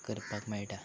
करपाक मेळटा